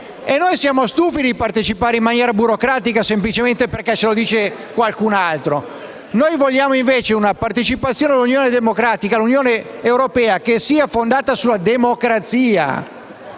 Noi siamo stufi di partecipare in maniera burocratica, semplicemente perché ce lo dice qualcun altro. Noi vogliamo invece una partecipazione all'Unione europea che sia fondata sulla democrazia